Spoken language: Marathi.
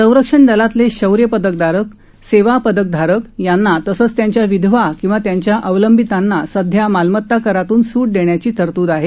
संरक्षण दलातले शौर्य पदकधारक सेवा पदकधारक यांना तसंच त्यांच्या विधवा किंवा त्यांच्या अवलंबितांना सध्या मालमता करातून सूट देण्याची तरतूद आहे